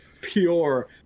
pure